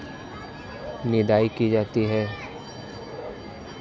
निदाई की जाती है?